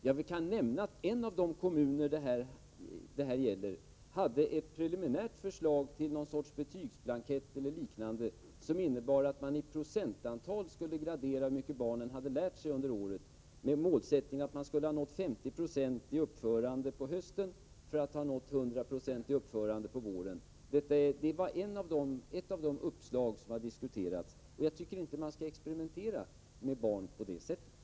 Jag kan nämna att en av de kommuner som det gäller hade ett preliminärt förslag till någon sorts betygsblankett som innebar att man i procentantal skulle gradera hur mycket eleverna hade lärt sig under året, med målsättningen att de skulle ha nått 50 26 i uppförande på hösten för att ha nått 100 90 i uppförande på våren. Det är ett av de uppslag som har diskuterats. Jag tycker inte att man skall experimentera med barn på det sättet.